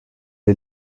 est